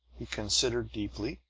he considered deeply,